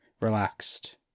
relaxed